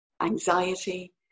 anxiety